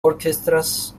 orchestras